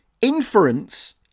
Inference